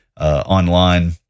online